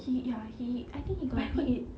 he ya he I think he got E eight